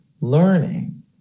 learning